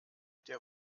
der